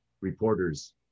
reporters